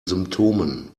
symptomen